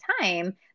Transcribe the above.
time